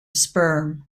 sperm